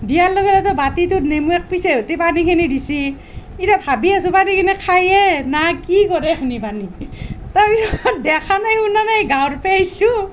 দিয়াৰ লগে লগে বাতিটোত নেমু এক পিচেৰে সৈতে পানীখিনি দিছি এতিয়া ভাবি আছোঁ পানীগিলা খায়ে না কি কৰে এইখিনি পানী তাৰপিছত দেখা নাই শুনা নাই গাঁৱৰ পৰা আহিছোঁ